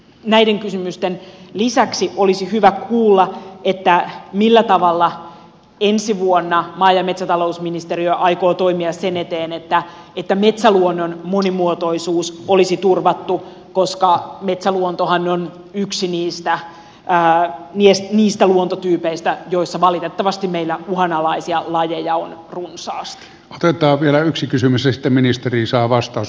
näiden kysymysten lisäksi olisi hyvä kuulla millä tavalla ensi vuonna maa ja metsätalousministeriö aikoo toimia sen eteen että metsäluonnon monimuotoisuus olisi turvattu koska metsäluontohan on yksi niistä luontotyypeistä joissa valitettavasti meillä uhanalaisia lajeja on ruissalosta taitaa vielä yksi kysymys että ministeri saa runsaasti